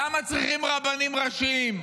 למה צריכים רבנים ראשיים?